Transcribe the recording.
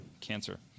cancer